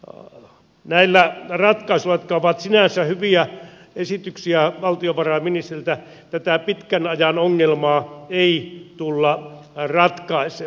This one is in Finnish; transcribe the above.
näillä ratkaisuilla jotka ovat sinänsä hyviä esityksiä valtiovarainministeriltä tätä pitkän ajan ongelmaa ei tulla ratkaisemaan